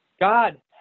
God